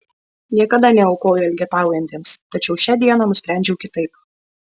niekada neaukoju elgetaujantiems tačiau šią dieną nusprendžiau kitaip